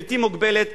בלתי מוגבלת,